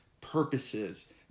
purposes